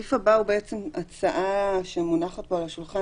הסעיף הבא הוא הצעה שמונחת פה על השולחן